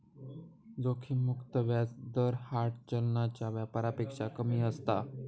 जोखिम मुक्त व्याज दर हार्ड चलनाच्या व्यापारापेक्षा कमी असता